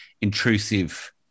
intrusive